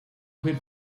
quid